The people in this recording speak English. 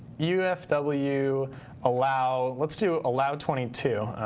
ufw allow. let's do allow twenty two.